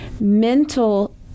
mental